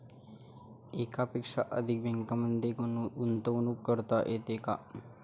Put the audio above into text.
एकापेक्षा अधिक बँकांमध्ये गुंतवणूक करता येते का?